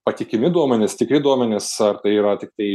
patikimi duomenys tikri duomenys ar tai yra tiktai